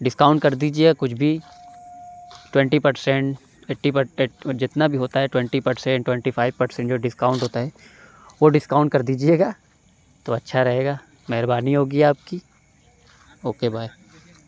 discount کر دیجیے گا کچھ بھی ٹوئنٹی پرسنٹ ایٹی جتنا بھی ہوتا ہے twenty percent twenty five percent جو ڈسکاؤنٹ ہوتا ہے وہ ڈسکاؤنٹ کر دیجیے گا تو اچھا رہے گا مہربانی ہوگی آپ کی اوکے بائے